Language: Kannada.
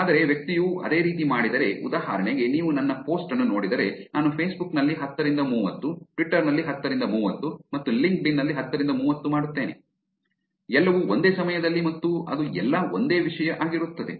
ಆದರೆ ವ್ಯಕ್ತಿಯು ಅದೇ ರೀತಿ ಮಾಡಿದರೆ ಉದಾಹರಣೆಗೆ ನೀವು ನನ್ನ ಪೋಸ್ಟ್ ಅನ್ನು ನೋಡಿದರೆ ನಾನು ಫೇಸ್ಬುಕ್ ನಲ್ಲಿ ಹತ್ತರಿಂದ ಮೂವತ್ತು ಟ್ವಿಟರ್ ನಲ್ಲಿ ಹತ್ತರಿಂದ ಮೂವತ್ತು ಮತ್ತು ಲಿಂಕ್ಡ್ಇನ್ ನಲ್ಲಿ ಹತ್ತರಿಂದ ಮೂವತ್ತು ಮಾಡುತ್ತೇನೆ ಎಲ್ಲವೂ ಒಂದೇ ಸಮಯದಲ್ಲಿ ಮತ್ತು ಅದು ಎಲ್ಲಾ ಒಂದೇ ವಿಷಯ ಆಗಿರುತ್ತದೆ